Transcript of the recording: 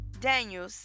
daniel